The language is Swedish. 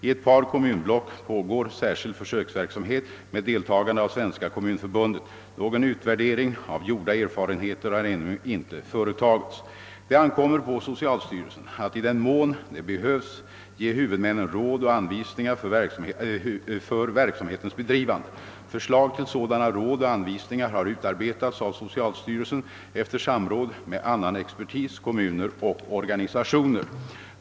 I ett par kommunblock pågår särskild försöksverksamhet med deltagande av Svenska kommunförbundet. Någon utvärdering av gjorda erfarenheter har ännu inte företagits. Det ankommer på socialstyrelsen att i den mån det behövs ge huvudmännen råd och anvisningar för verksamhetens bedrivande. Förslag till sådana råd och anvisningar har utarbetats av socialstyrelsen efter samråd med annan expertis, kommuner och organisationer.